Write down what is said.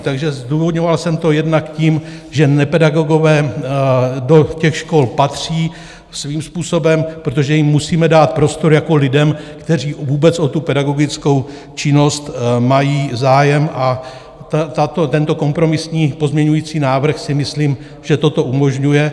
Takže zdůvodňoval jsem to jednak tím, že nepedagogové do škol patří svým způsobem, protože jim musíme dát prostor jako lidem, kteří vůbec o tu pedagogickou činnost mají zájem, a tento kompromisní pozměňovací návrh si myslím, že toto umožňuje.